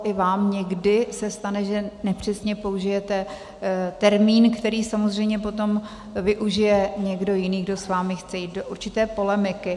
I vám někdy se stane, že nepřesně použijete termín, který samozřejmě potom využije někdo jiný, kdo s vámi chce jít do určité polemiky.